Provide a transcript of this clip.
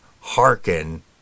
hearken